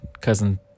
cousin